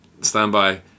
standby